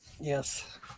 Yes